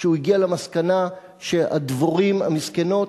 כשהוא הגיע למסקנה שהדבורים המסכנות